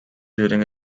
during